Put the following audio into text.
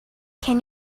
can